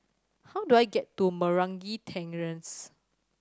how do I get to Meragi Terrace